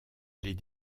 les